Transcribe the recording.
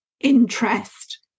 interest